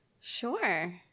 Sure